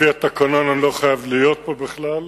לפי התקנון אני לא חייב להיות כאן בכלל,